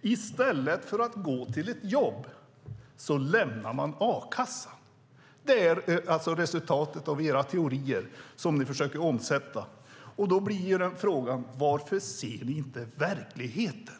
I stället för att gå till ett jobb lämnar man a-kassan. Det är resultatet av era försök att omsätta era teorier. Varför ser ni inte verkligheten?